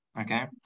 okay